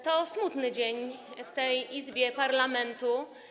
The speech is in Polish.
To smutny dzień w tej Izbie parlamentu.